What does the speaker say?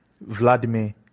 Vladimir